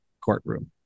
courtroom